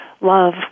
love